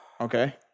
Okay